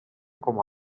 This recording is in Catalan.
com